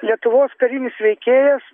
lietuvos karinis veikėjas